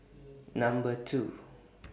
Number two